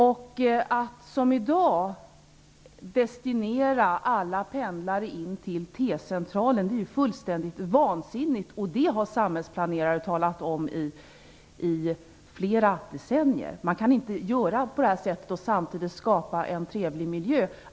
Att som i dag destinera alla pendlare in till T-centralen är fullständigt vansinnigt, och det har samhällsplanerare talat om i flera decennier. Man kan inte göra på det sättet och samtidigt skapa en trevlig miljö.